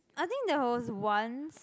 I think there was once